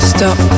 Stop